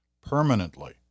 permanently